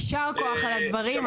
יישר כוח על הדברים,